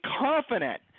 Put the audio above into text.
confident